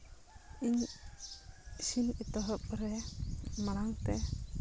ᱤᱧ ᱤᱥᱤᱱ ᱮᱛᱚᱦᱚᱵ ᱨᱮ ᱢᱟᱲᱟᱝᱛᱮ